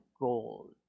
gold